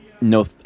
No